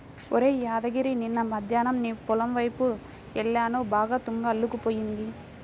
ఒరేయ్ యాదగిరి నిన్న మద్దేన్నం నీ పొలం వైపు యెల్లాను బాగా తుంగ అల్లుకుపోయింది